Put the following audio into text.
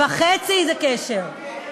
מה הקשר?